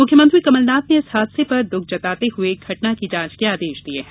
मुख्यमंत्री कमलनाथ ने इस हादसे पर दःख जताते हए उन्होंने घटना की जांच के आदेश दिये हैं